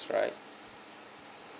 right